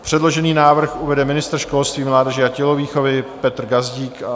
Předložený návrh uvede ministr školství, mládeže a tělovýchovy Petr Gazdík.